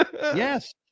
Yes